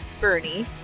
Bernie